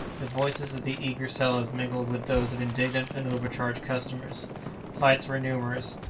the voices of the eager sellers mingled with those of indignant and overcharged customers fights were numerous,